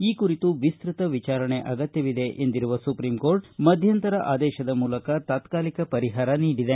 ಈ ಕುರಿತು ವಿಸ್ತೃತ ವಿಚಾರಣೆ ಅಗತ್ಯವಿದೆ ಎಂದಿರುವ ಸುಪ್ರಿಂ ಕೋರ್ಟ ಮಧ್ಯಂತರ ಆದೇಶದ ಮೂಲಕ ತಾತ್ಕಾಲಿಕ ಪರಿಹಾರ ನೀಡಿದೆ